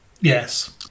Yes